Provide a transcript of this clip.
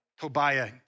Tobiah